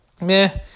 Meh